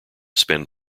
spend